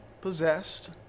possessed